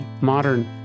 modern